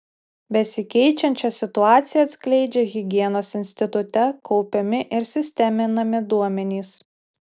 besikeičiančią situaciją atskleidžia higienos institute kaupiami ir sisteminami duomenys